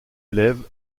élèves